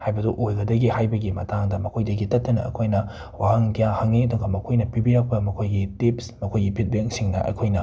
ꯍꯥꯏꯕꯗꯣ ꯑꯣꯏꯒꯗꯒꯦ ꯍꯥꯏꯕꯒꯤ ꯃꯇꯥꯡꯗ ꯃꯈꯣꯏꯗꯒꯤ ꯇꯠꯇꯅ ꯑꯩꯈꯣꯏꯅ ꯋꯥꯍꯪ ꯀꯌꯥ ꯍꯪꯉꯤ ꯑꯗꯨꯒ ꯃꯈꯣꯏꯅ ꯄꯤꯕꯤꯔꯛꯄ ꯃꯈꯣꯏꯒꯤ ꯇꯤꯞꯁ ꯃꯈꯣꯏꯒꯤ ꯐꯤꯠꯕꯦꯡꯁꯤꯡꯅ ꯑꯩꯈꯣꯏꯅ